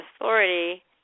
authority